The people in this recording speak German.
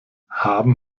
haben